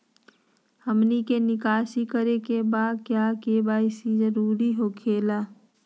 हमनी के निकासी करे के बा क्या के.वाई.सी जरूरी हो खेला?